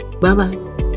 Bye-bye